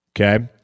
okay